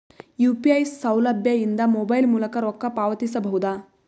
UPI ಸೌಲಭ್ಯ ಇಂದ mobile ಮೂಲಕ ರೊಕ್ಕ ಪಾವತಿಸ ಬಹುದಾ?